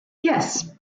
yes